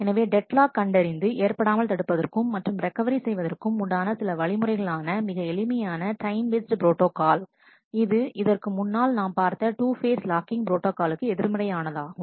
எனவே deadlock கண்டறிந்து ஏற்படாமல் தடுப்பதற்கும் மற்றும் ரெக்கவரி செய்வதற்கு உண்டான சில வழிமுறைகள் ஆன மிக எளிமையான டைம் பேஸ்ட் ப்ரோட்டாகால் அது இதற்கு முன்னால் நாம் பார்த்த 2 ஃபேஸ் லாக்கிங் ப்ரோட்டாகாலுக்கு எதிர்மறை ஆனதாகும்